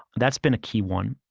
that's been a key one.